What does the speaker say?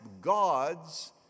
God's